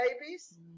babies